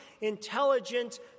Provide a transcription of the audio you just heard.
intelligent